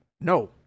No